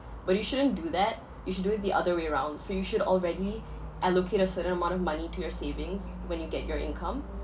but you shouldn't do that you should do it the other way round so you should already allocate a certain amount of money to your savings when you get your income